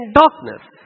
darkness